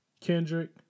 Kendrick